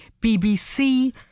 BBC